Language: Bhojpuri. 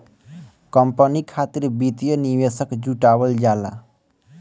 कंपनी खातिर वित्तीय निवेशक जुटावल जाला